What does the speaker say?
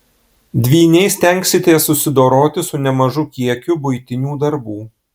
dvyniai stengsitės susidoroti su nemažu kiekiu buitinių darbų